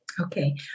Okay